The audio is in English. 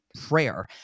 prayer